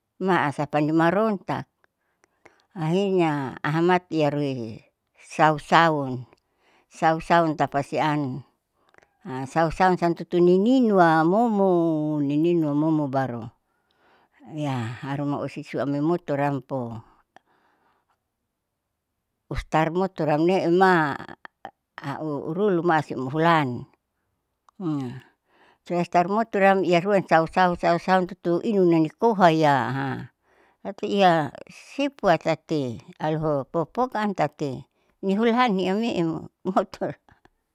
Masapa nimarontak akhirnya amataiarui sausaun sausaun tapasiam sausaunsian tutuni ninua momo nininua momo baru iyaharuma osisuam ni motoram po ustar motor amneema a aurulua masiimulan so istar motoram ruan sausau tutu inune nikohaya ha tati iya sipua tati alaho pokpok am tati nihulahan niamemo moto.